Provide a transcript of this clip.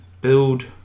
build